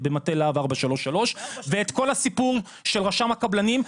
במטה להב 433 ואת כל הסיפור של רשם הקבלנים,